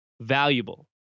valuable